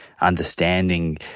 understanding